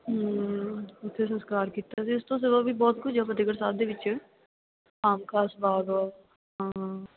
ਉੱਥੇ ਸੰਸਕਾਰ ਕੀਤਾ ਸੀ ਇਸ ਤੋਂ ਸਿਵਾ ਵੀ ਬਹੁਤ ਕੁਝ ਆ ਫਤਿਹਗੜ ਸਾਹਿਬ ਦੇ ਵਿੱਚ ਆਮ ਖਾਸ ਬਾਗ ਆ ਹਾਂ